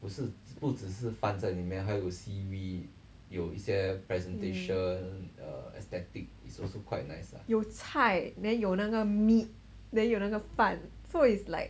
有菜 then 有那个 meat then 有那个饭 so is like